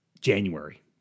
January